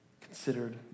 considered